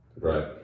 Right